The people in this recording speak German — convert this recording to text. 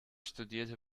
studierte